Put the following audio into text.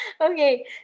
Okay